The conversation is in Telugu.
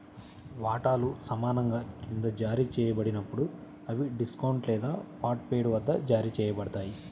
వాటాలు సమానంగా క్రింద జారీ చేయబడినప్పుడు, అవి డిస్కౌంట్ లేదా పార్ట్ పెయిడ్ వద్ద జారీ చేయబడతాయి